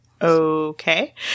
Okay